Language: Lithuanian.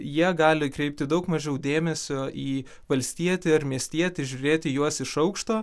jie gali kreipti daug mažiau dėmesio į valstietį ar miestietį žiūrėti į juos iš aukšto